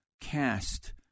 cast